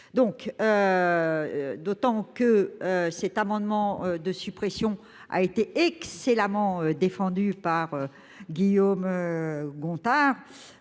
Assassi. Cet amendement de suppression a été excellemment défendu par Guillaume Gontard.